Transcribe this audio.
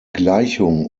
gleichung